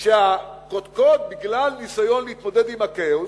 והקודקוד, בגלל ניסיון להתמודד עם הכאוס,